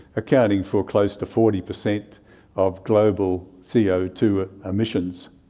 accounting for close to forty per cent of global c o two emissions.